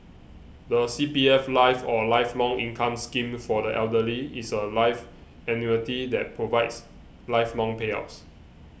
the C P F life or Lifelong Income Scheme for the Elderly is a life annuity that provides lifelong payouts